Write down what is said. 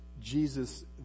Jesus